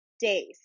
days